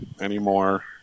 anymore